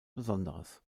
besonderes